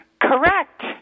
Correct